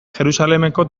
jerusalemeko